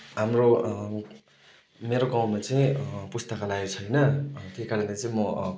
हाम्रो मेरो गाउँमा चाहिँ पुस्तकालय छैन त्यही कारणले चाहिँ म